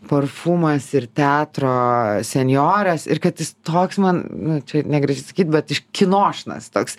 parfumas ir teatro senjoras ir kad jis toks man nu čia negražu sakyt bet kinošnas toks